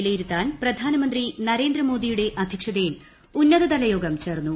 വിലയിരുത്താൻ പ്രധാനമന്ത്രി നരേന്ദ്ര മോദിയുടെ അധ്യക്ഷതയിൽ ഉന്നതതല യോഗം ചേർന്നു